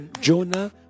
jonah